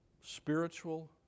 spiritual